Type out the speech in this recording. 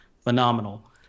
phenomenal